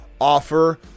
Offer